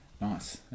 Nice